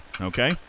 okay